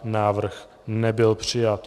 Návrh nebyl přijat.